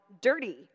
dirty